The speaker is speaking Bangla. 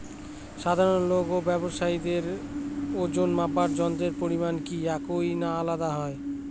সাধারণ লোক ও ব্যাবসায়ীদের ওজনমাপার যন্ত্রের পরিমাপ কি একই না আলাদা হয়?